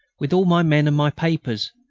with all my men and my papers,